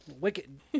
Wicked